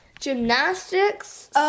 Gymnastics